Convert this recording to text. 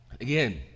Again